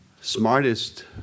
smartest